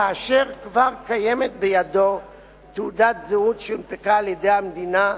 כאשר כבר קיימת בידו תעודת זהות שהונפקה על-ידי המדינה,